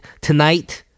tonight